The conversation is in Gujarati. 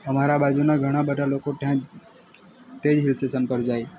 અમારા બાજુના ઘણાં બધાં લોકો ત્યાં જ તે જ હિલ સ્ટેશન પર જાય